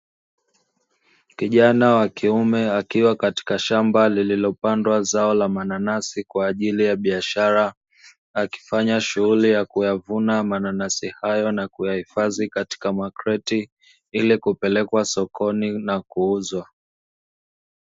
Kijana wa kiume akiwa katika shamba lililopandwa zao la mananasi kwa ajili ya biashara, akifanya shughuli ya kuyavuna mananasi hayo na kuyahifadhi katika makreti ili kupelekwa sokoni na kuuzwa.